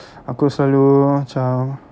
aku selalu macam